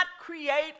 create